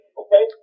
okay